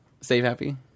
Save-happy